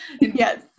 Yes